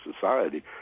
society